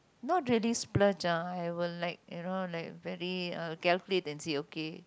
not really splurge ah I will like you know like very uh calculate and see okay